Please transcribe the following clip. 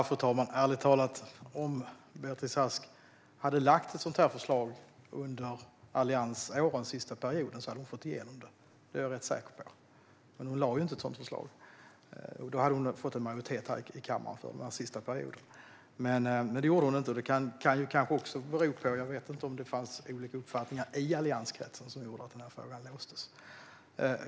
Fru talman! Ärligt talat, om Beatrice Ask hade lagt fram ett sådant förslag under sista perioden av alliansåren hade hon fått igenom det. Det är jag rätt säker på. Då hade hon fått en majoritet för det här i kammaren. Men hon lade inte fram ett sådant förslag. Det var kanske för att det fanns olika uppfattningar i allianskretsen som denna fråga låstes.